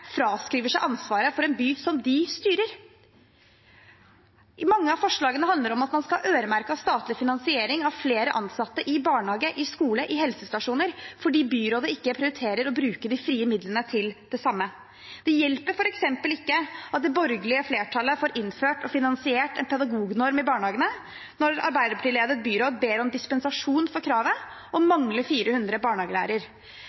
fraskriver seg ansvaret for en by de styrer. Mange av forslagene handler om at man skal øremerke statlig finansiering av flere ansatte i barnehage, skole og helsestasjoner, fordi byrådet ikke prioriterer å bruke de frie midlene til det samme. Det hjelper f.eks. ikke at det borgerlige flertallet får innført og finansiert en pedagognorm i barnehagene når et Arbeiderparti-ledet byråd ber om dispensasjon fra kravet og